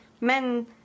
men